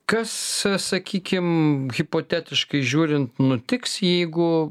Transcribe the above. kas sakykim hipotetiškai žiūrint nutiks jeigu